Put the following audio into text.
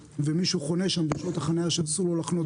ומישהו חונה שם בשעות החניה שאסור לו לחנות גם.